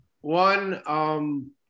one